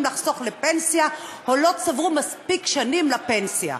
לחסוך לפנסיה או לא צברו מספיק שנים לפנסיה.